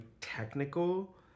technical